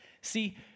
See